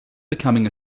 becoming